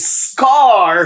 scar